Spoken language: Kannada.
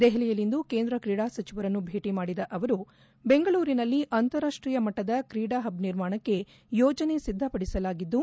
ದೆಹಲಿಯಲ್ಲಿಂದು ಕೇಂದ್ರ ಕೀಡಾ ಸಚಿವರನ್ನು ಭೇಟಿ ಮಾಡಿದ ಅವರು ಬೆಂಗಳೂರಿನಲ್ಲಿ ಅಂತಾರಾಷ್ಟೀಯ ಮಟ್ಟದ ಕ್ರೀಡಾ ಹಬ್ ನಿರ್ಮಾಣಕ್ಕೆ ಯೋಜನೆ ಸಿದ್ದಪಡಿಸಲಾಗಿದ್ದು